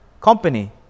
company